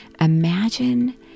imagine